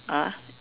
ah